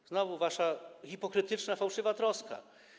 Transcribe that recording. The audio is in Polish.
To znowu wasza hipokrytyczna, fałszywa troska.